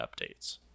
updates